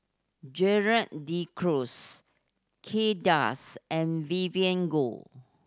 Gerald De Cruz Kay Das and Vivien Goh